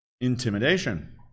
Intimidation